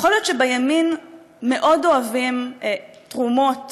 יכול להיות שבימין מאוד אוהבים תרומות